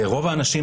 ורוב האנשים,